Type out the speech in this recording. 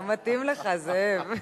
לא מתאים לך, זאב.